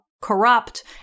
corrupt